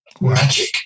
magic